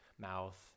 mouth